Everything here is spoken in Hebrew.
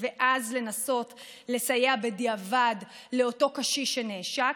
ואז לנסות לסייע בדיעבד לאותו קשיש שנעשק,